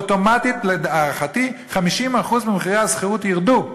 אוטומטית להערכתי 50% ממחירי השכירות ירדו,